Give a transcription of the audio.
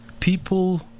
people